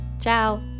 Ciao